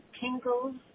tingles